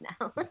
now